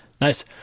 Nice